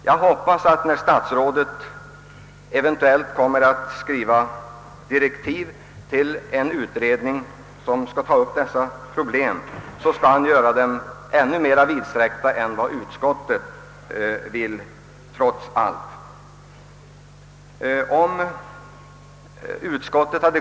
Jag hoppas att statsrådet, när han eventuellt kommer att skriva direktiv till en utredning om dessa frågor gör direktiven vidsträcktare än vad utskottet för sin del önskar.